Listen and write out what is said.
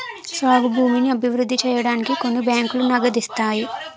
సాగు భూమిని అభివృద్ధి సేయడానికి కొన్ని బ్యాంకులు నగదిత్తాయి